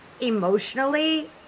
emotionally